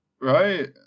right